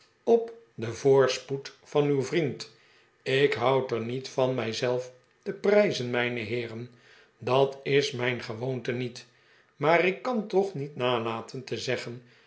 op den voorspoed van uw vriend ik houd er niet van mijzelf te prijzen mijne heeren dat is mijn gewoonte niet maar ik kan toch niet nalaten te zeggen